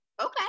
Okay